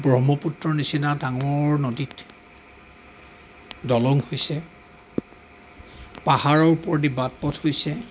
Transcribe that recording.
ব্ৰহ্মপুত্ৰ নিচিনা ডাঙৰ নদীত দলং হৈছে পাহাৰৰ ওপৰেদি বাট পথ হৈছে